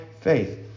faith